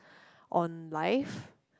on life